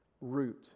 root